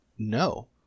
no